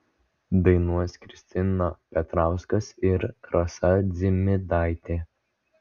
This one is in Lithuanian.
dainuos kristina petrauskas ir rasa dzimidaitė